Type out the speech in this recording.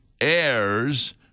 heirs